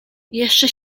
jeszcze